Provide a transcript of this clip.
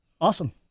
Awesome